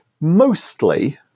mostly